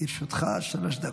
לרשותך שלוש דקות.